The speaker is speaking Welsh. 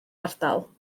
ardal